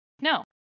No